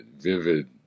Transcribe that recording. vivid